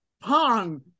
Pong